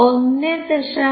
1